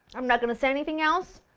i'm not going to say anything else,